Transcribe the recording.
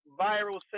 viral